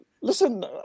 Listen